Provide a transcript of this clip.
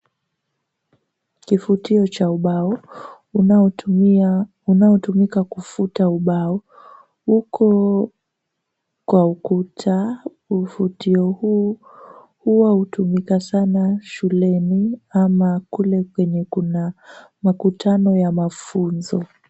Kifutio cha ubao unaotumia unaotumika kufuta ubao uko kwa ukuta, ufutio huu huwa hutumika sana shuleni ama kule kwenye kuna makutano ya mafunzo.